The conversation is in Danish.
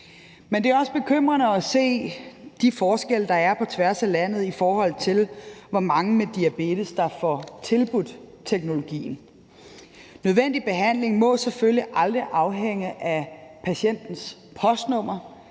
Men det er også bekymrende at se de forskelle, der er på tværs af landet, i forhold til hvor mange med diabetes der får tilbudt teknologien. Nødvendig behandling må selvfølgelig aldrig afhænge af patientens postnummer.